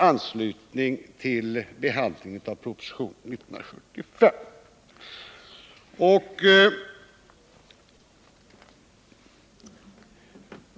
Det gjordes vid behandlingen av lokalradiopropositionen år 1975.